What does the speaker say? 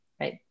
right